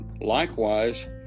likewise